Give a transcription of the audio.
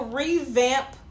revamp